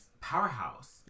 powerhouse